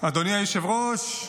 אדוני היושב-ראש,